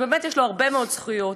שבאמת יש לו הרבה מאוד זכויות.